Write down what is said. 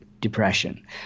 depression